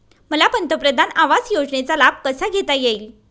मला पंतप्रधान आवास योजनेचा लाभ कसा घेता येईल?